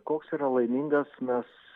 koks yra laimingas mes